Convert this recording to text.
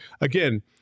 again